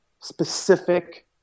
specific